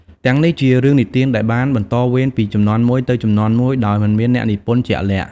ទាំងនេះជារឿងនិទានដែលបាន បន្តវេនពីជំនាន់មួយទៅជំនាន់មួយ ដោយមិនមានអ្នកនិពន្ធជាក់លាក់ ។